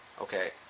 okay